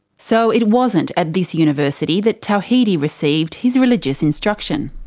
so it wasn't at this university that tawhidi received his religious instruction.